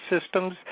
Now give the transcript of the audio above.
systems